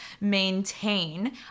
maintain